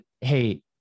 Hey